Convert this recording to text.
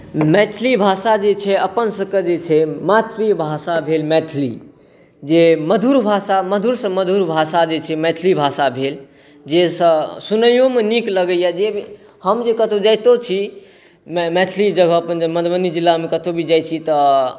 मैथिली भाषा जे छै अपनसभके जे छै मातृभाषा भेल मैथिली जे मधुर भाषा मधुरसँ मधुर भाषा जे छै मैथिली भाषा भेल जे से सुनइयोमे नीक लगैए जे हम जे कतहु जाइतो छी मैथिली जगह मधुबनी जिलामे कतहु भी जाइत छी तऽ